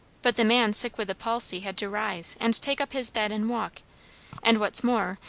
but the man sick with the palsy had to rise and take up his bed and walk and what's more,